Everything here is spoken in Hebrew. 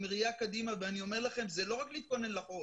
עם ראייה קדימה ואני אומר לכם: זה לא רק להתכונן לחורף.